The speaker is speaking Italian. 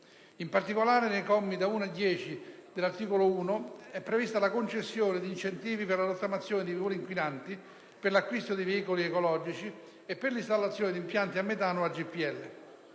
In particolare, nei commi da 1 a 10 dell'articolo 1 è prevista la concessione di incentivi per la rottamazione di veicoli inquinanti, per l'acquisto di veicoli ecologici e per l'installazione di impianti a metano o a GPL.